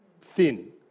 thin